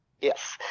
Yes